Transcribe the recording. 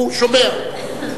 הוא שומע.